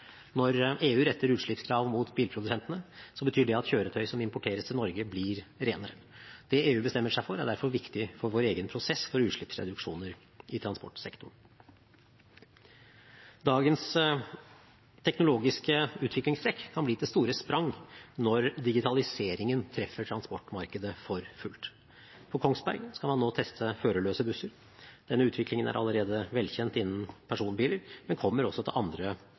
Når EU retter utslippskrav mot bilprodusentene, betyr det at kjøretøy som importeres til Norge, blir renere. Det EU bestemmer seg for, er derfor viktig for vår egen prosess for utslippsreduksjoner i transportsektoren. Dagens teknologiske utviklingstrekk kan bli til store sprang når digitaliseringen treffer transportmarkedet for fullt. På Kongsberg skal man nå teste førerløse busser. Denne utviklingen er allerede velkjent innen personbiler, men kommer også til andre